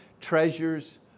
treasures